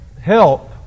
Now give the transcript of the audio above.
help